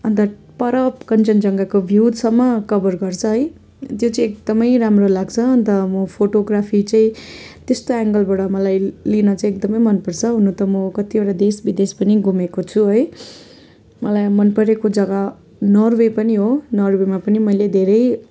अन्त पर कन्चनजङ्घाको भ्यूजसम्म कभर गर्छ है त्यो चाहिँ एकदमै राम्रो लाग्छ अन्त म फोटोग्राफी चाहिँ त्यस्तो एङ्गलबाट मलाई लिन चाहिँ एकदमै मनपर्छ हुन त म कतिवटा देश विदेश पनि घुमेको छु है मलाई मनपरेको जग्गा नरवे पनि हो नरवेमा पनि मैले धेरै